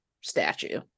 statue